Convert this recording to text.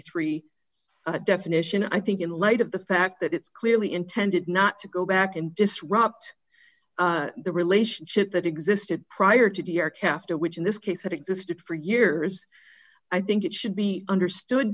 three definition i think in light of the fact that it's clearly intended not to go back and disrupt the relationship that existed prior to the aircraft or which in this case had existed for years i think it should be understood